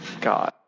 God